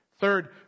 Third